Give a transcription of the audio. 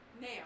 Now